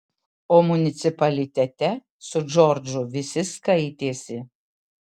o municipalitete su džordžu visi skaitėsi